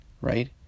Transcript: right